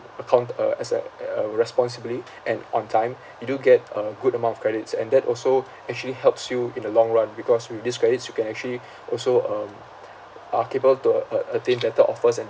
account~ uh as and uh responsibly and on time you do get a good amount of credits and that also actually helps you in the long run because with this credits you can actually also um are capable to a~ attain better offers and